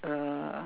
uh